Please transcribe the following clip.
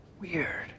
weird